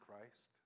Christ